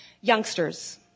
youngsters